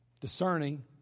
discerning